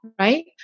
right